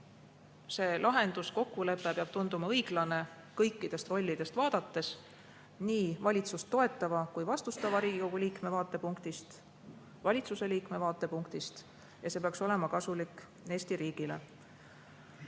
et see kokkulepe peab tunduma õiglane kõikidest rollidest vaadates, nii valitsust toetava kui vastustava Riigikogu liikme vaatepunktist, valitsuse liikme vaatepunktist, ja see peaks olema kasulik Eesti riigile.